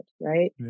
right